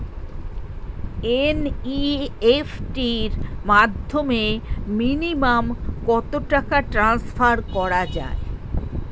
NEFT র মাধ্যমে minimum কত টাকা ট্রান্সফার করা যায়?